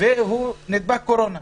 הוא נדבק קורונה.